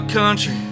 country